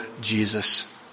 Jesus